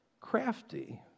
Crafty